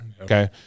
Okay